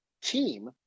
team